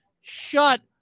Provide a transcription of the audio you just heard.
Shut